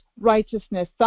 righteousness